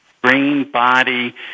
brain-body